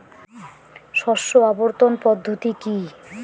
শস্য আবর্তন পদ্ধতি কি?